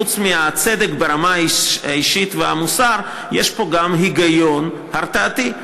חוץ מהצדק ברמה האישית והמוסר: יש פה גם היגיון הרתעתי.